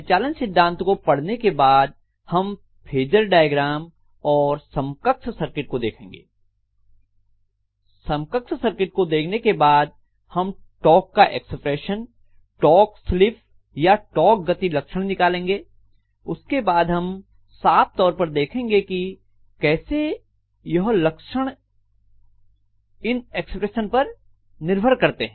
परिचालन सिद्धांतों को पढ़ने के बाद हम फेजर डायग्राम और समकक्ष सर्किट को देखेंगे समकक्ष सर्किट को देखने के बाद हम टाक का एक्सप्रेशन टाक स्लिप या टाक गति लक्षण निकालेंगे उसके बाद हम साफ तौर पर देखेंगे की कैसे यह लक्षण इन एक्सप्रेशन पर निर्भर करते हैं